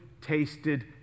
tasted